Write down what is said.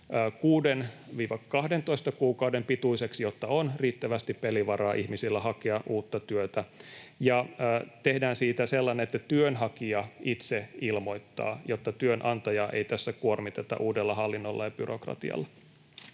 6—12 kuukauden pituiseksi, jotta ihmisillä on riittävästi pelivaraa hakea uutta työtä, ja tehdään siitä sellainen, että työnhakija itse ilmoittaa, jotta työnantajaa ei tässä kuormiteta uudella hallinnolla ja byrokratialla.